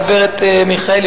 הגברת מיכאלי,